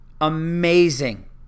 amazing